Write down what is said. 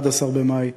11 במאי,